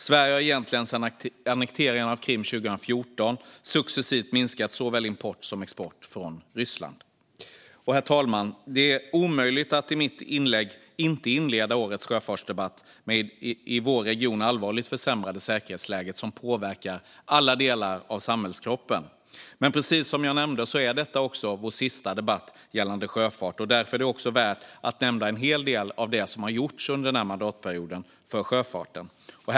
Sverige har egentligen sedan annekteringen av Krim 2014 successivt minskat såväl import från som export till Ryssland. Herr talman! Det är omöjligt att inte inleda mitt inlägg i årets sjöfartsdebatt med det i vår region allvarligt försämrade säkerhetsläge som påverkar alla delar av samhällskroppen. Men som jag nämnde är detta vår sista debatt gällande sjöfart, och därför är det också värt att nämna en hel del av det som har gjorts för sjöfarten under den här mandatperioden.